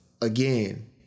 again